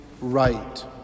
right